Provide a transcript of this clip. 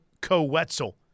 Co-Wetzel